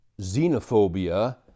xenophobia